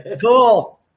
cool